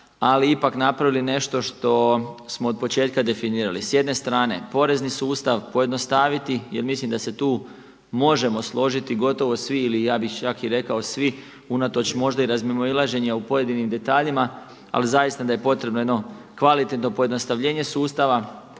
ali ipak napravili nešto što smo od početka definirali. S jedne strane porezni sustav pojednostaviti jer mislim da se tu možemo složiti gotovo svi ili ja bih čak i rekao svi unatoč možda i razmimoilaženja u pojedinim detaljima, ali zaista da je potrebno jedno kvalitetno pojednostavljenje sustava,